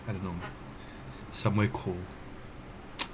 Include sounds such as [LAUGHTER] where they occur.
I don't know somewhere cold [NOISE]